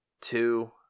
two